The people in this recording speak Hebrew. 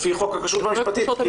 לפי חוק הכשרות המשפטית.